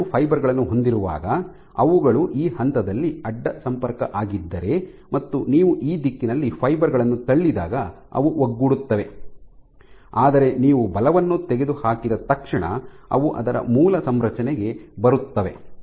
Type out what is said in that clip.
ನೀವು ಎರಡು ಫೈಬರ್ ಗಳನ್ನು ಹೊಂದಿರುವಾಗ ಅವುಗಳು ಈ ಹಂತದಲ್ಲಿ ಅಡ್ಡ ಸಂಪರ್ಕ ಆಗಿದ್ದರೆ ಮತ್ತು ನೀವು ಈ ದಿಕ್ಕಿನಲ್ಲಿ ಫೈಬರ್ ಗಳನ್ನು ತಳ್ಳಿದಾಗ ಅವು ಒಗ್ಗೂಡುತ್ತವೆ ಆದರೆ ನೀವು ಬಲವನ್ನು ತೆಗೆದುಹಾಕಿದ ತಕ್ಷಣ ಅವು ಅದರ ಮೂಲ ಸಂರಚನೆಗೆ ಬರುತ್ತವೆ